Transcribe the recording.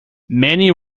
many